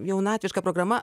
jaunatviška programa